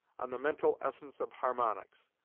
on the mental essence of harmonics,